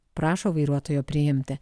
prašo vairuotojo priimti